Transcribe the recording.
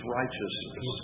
righteousness